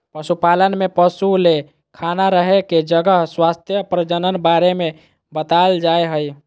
पशुपालन में पशु ले खाना रहे के जगह स्वास्थ्य प्रजनन बारे में बताल जाय हइ